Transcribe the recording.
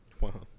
Wow